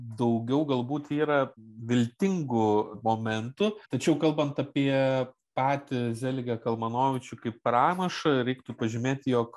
daugiau galbūt yra viltingų momentų tačiau kalbant apie patį zeligą kalmanovičių kaip pranašą reiktų pažymėti jog